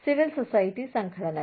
civil society സംഘടനകൾ